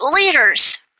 leaders